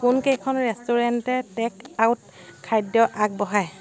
কোনকেইখন ৰেষ্টুৰেণ্টে takeout খাদ্য আগবঢ়ায়